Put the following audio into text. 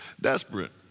Desperate